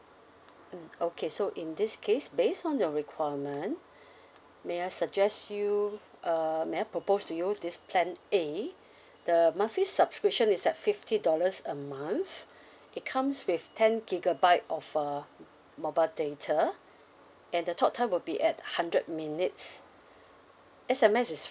mm okay so in this case based on your requirement may I suggest you uh may I propose to you this plan A the monthly subscription is at fifty dollars a month it comes with ten gigabyte of uh mobile data and the talk time will be at hundred minutes S_M_S is